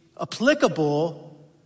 applicable